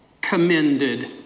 commended